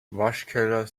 waschkeller